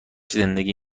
زندگی